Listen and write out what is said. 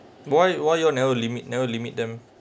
why why you all never limit never limit them